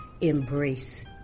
embrace